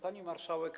Pani Marszałek!